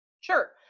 Sure